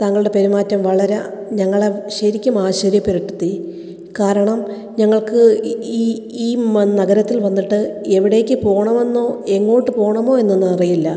താങ്കളുടെ പെരുമാറ്റം വളരെ ഞങ്ങളെ ശരിക്കും ആശ്ചര്യപ്പെടുത്തി കാരണം ഞങ്ങൾക്ക് ഈ ഈ മ നഗരത്തിൽ വന്നിട്ട് എവിടേക്ക് പോകണമെന്നോ എങ്ങോട്ട് പോകണമെന്നോ എന്നൊന്നും അറിയില്ല